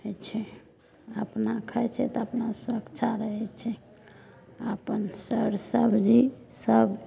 होइ छै अपना खाइत छै तऽ अपना सुरक्षा रहैत छै अपन सर सबजी सब